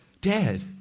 dad